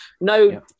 no